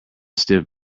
stiff